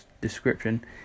description